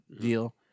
deal